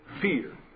fear